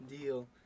deal